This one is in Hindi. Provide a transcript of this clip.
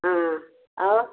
हाँ और